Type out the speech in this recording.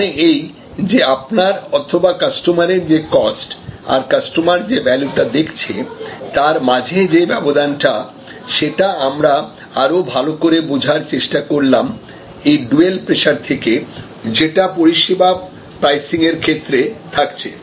তারমানে এই যে আপনার অথবা কাস্টমারের যে কস্ট আর কাস্টমার যে ভ্যালু টা দেখছে তার মাঝে যে ব্যবধানটা সেটা আমরা আরো ভালো করে বোঝার চেষ্টা করলাম এই ডুয়েল প্রেসার থেকে যেটা পরিষেবা প্রাইসিং এর ক্ষেত্রে থাকছে